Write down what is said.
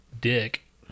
dick